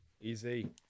Easy